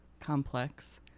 complex